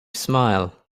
smile